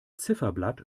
ziffernblatt